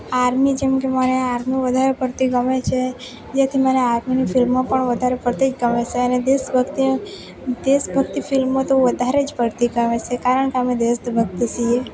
army જેમકે મને army વધારે પડતી ગમે છે જેથી મને આર્મીની ફિલ્મો પણ વધારે પડતી જ ગમે છે અને દેશ ભક્તિ દેશ ભક્તિ ફિલ્મો તો વધારે જ પડતી ગમે છે કારણ કે અમે દેશ ભક્ત છીએ